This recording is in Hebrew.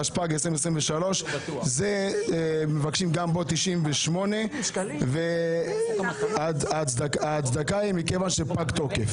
התשפ"ג-2023 מבקשים גם כאן סעיף 98. ההצדקה היא מכיוון שפג תוקף.